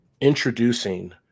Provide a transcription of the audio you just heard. introducing